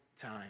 time